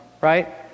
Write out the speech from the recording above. right